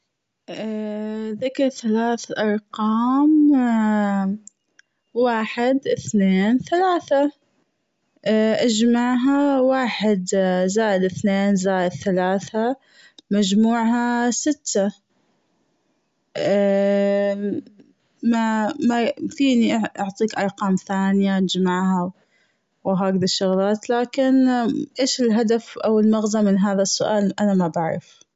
ذكر ثلاث أرقام واحد اثنين ثلاثة أجمعها واحد زائد أثنين زائد ثلاثة مجموعها ستة، ما ما فيني أعطيك أرقام ثانية وأجمعها وهذي الشغلات ولكن أيش الهدف أو المغزى من هذا السؤال ما بعرف.